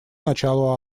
началу